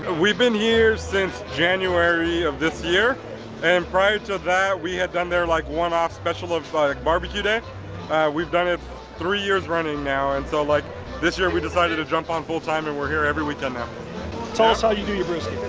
ah we've been here since january of this year and prior to that we had done they're like one-off special like barbecue day we've done it three years running now and so like this year we decided to jump on full-time and we're here every weekend now. tell us how you do your briske.